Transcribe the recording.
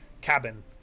cabin